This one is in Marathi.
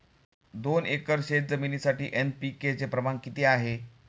दोन एकर शेतजमिनीसाठी एन.पी.के चे प्रमाण किती आहे?